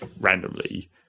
randomly